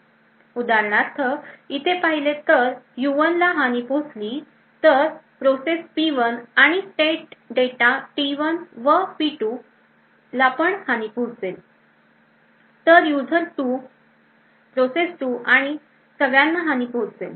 तर उदाहरणार्थ इथे पाहिले तर U1 ला जर हानी पोहोचली तर प्रोसेस P1 आणि स्टेट डेटा T1 व P2 ला पण हानी पोहोचले तर यूजर 2 प्रोसेस 2 आणि सगळ्यांना हानी पोहोचेल